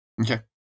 Okay